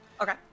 Okay